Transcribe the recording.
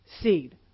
seed